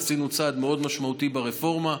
עשינו צעד משמעותי מאוד ברפורמה,